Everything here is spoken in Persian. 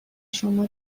شما